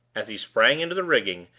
as he sprang into the rigging,